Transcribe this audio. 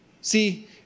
See